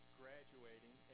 graduating